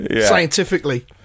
scientifically